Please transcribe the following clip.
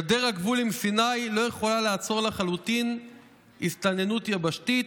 "גדר הגבול עם סיני לא יכולה לעצור לחלוטין הסתננות יבשתית,